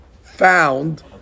found